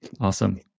Awesome